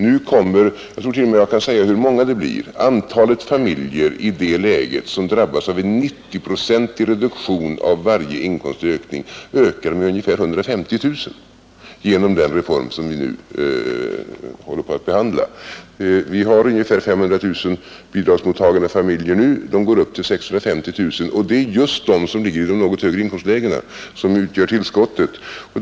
Jag tror t.o.m. att jag kan säga hur många familjer som berörs. Antalet familjer som i det läget drabbas av en 90-procentig reduktion av varje inkomstökning ökar med ungefär 150 000 om den reform genomförs som vi nu behandlar. Vi har ungefär 500 000 bidragsmottagande familjer nu, det antalet stiger till 650 000. Och det är just de som befinner sig i de något högre inkomstlägena som utgör tillskottet.